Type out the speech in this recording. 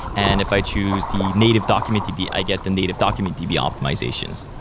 and if i choose the native document db, i get the native document db optimizations.